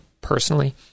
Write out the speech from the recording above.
personally